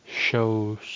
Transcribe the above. shows